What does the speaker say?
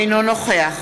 אינו נוכח